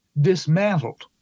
dismantled